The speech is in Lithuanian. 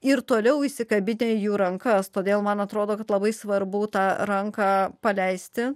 ir toliau įsikabinę į jų rankas todėl man atrodo kad labai svarbu tą ranką paleisti